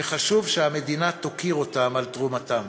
וחשוב שהמדינה תוקיר אותם על תרומתם.